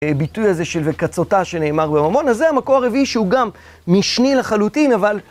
הביטוי הזה של "וקצותה" שנאמר בממון, אז זה המקור הרביעי שהוא גם משני לחלוטין, אבל